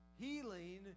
healing